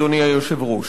אדוני היושב-ראש,